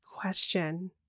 question